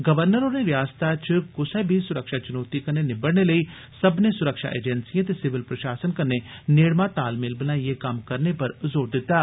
governor होरें रियासतै च कुसै बी सुरक्षा चुनोती कन्ने निबड़ने लेई सब्मनें सुरक्षा एजंसिएं ते सिविल प्रशासन कन्ने नेड़मा तालमेल बनाईयें कम्म करने पर जोर दित्ता